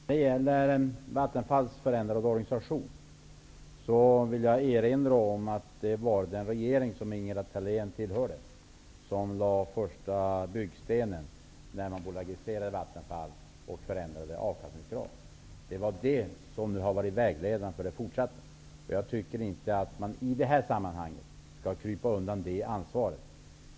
Fru talman! När det gäller Vattenfalls förändrade organisation vill jag erinra om att det var den regering som Ingela Thale n tillhörde som lade första byggstenen till en bolagisering av Vattenfall och som förändrade avkastningskravet. Det är det som har varit vägledande för den fortsatta utvecklingen. Jag tycker inte att man i detta sammanhang skall krypa undan från detta ansvar.